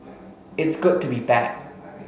it's good to be back